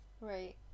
Right